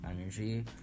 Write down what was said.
energy